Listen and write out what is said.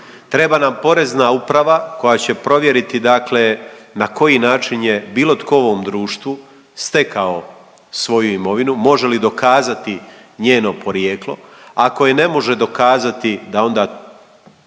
Treba nam Porezna uprava koja će provjeriti dakle na koji način je bilo tko u ovom društvu stekao svoju imovinu, može li dokazati njeno porijeklo, ako je ne može dokazati da onda